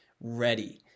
ready